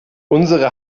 unsere